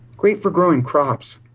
great for growing crops.